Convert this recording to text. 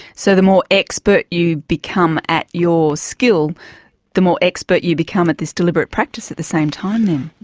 so the more expert you become at your skill the more expert you become at this deliberate practice at the same time then?